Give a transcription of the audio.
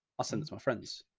awesome. that's my friends.